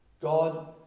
God